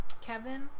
Kevin